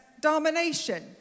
domination